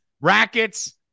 rackets